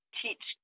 teach